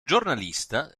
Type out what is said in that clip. giornalista